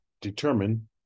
determine